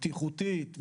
בטיחותית,